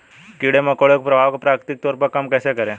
कीड़े मकोड़ों के प्रभाव को प्राकृतिक तौर पर कम कैसे करें?